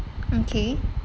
okay